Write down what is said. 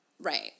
Right